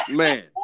man